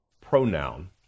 pronoun